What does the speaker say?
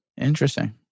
Interesting